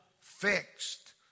fixed